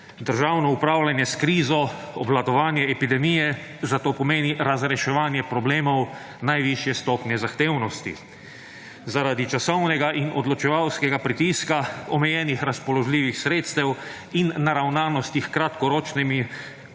Državno upravljanje s krizo, obvladovanje epidemije zato pomeni razreševanje problemov najvišje stopnje zahtevnosti, zaradi časovnega in odločevalskega pritiska omejenih razpoložljivih sredstev in naravnanosti h kratkoročnemu